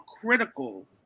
critical